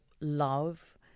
love